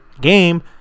game